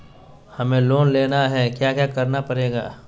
हमें लोन लेना है क्या क्या करना पड़ेगा?